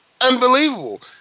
unbelievable